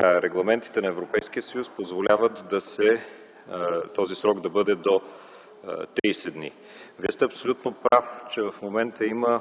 регламентите на Европейския съюз позволяват този срок да бъде до 30 дни. Вие сте абсолютно прав, че в момента има,